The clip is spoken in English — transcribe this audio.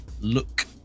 look